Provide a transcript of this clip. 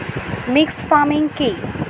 Mixed farming কি?